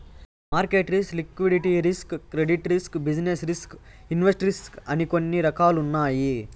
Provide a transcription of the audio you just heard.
market risk liquidity risk credit risk business risk invest risk అని కొన్ని రకాలున్నాయి